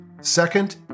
Second